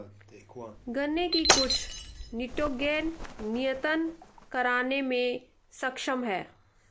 गन्ने की कुछ निटोगेन नियतन करने में सक्षम है